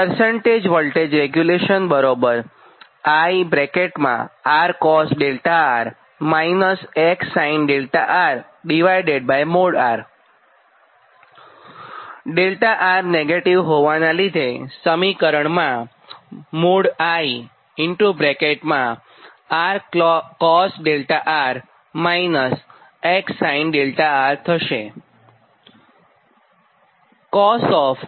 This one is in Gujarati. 𝛿R નેગેટિવ હોવાનાં લીધે સમીકરણમાં |I| R cos 𝛿R X sin 𝛿R થશે